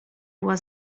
była